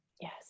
Yes